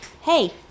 hey